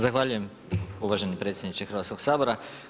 Zahvaljujem uvaženi predsjedniče Hrvatskog sabora.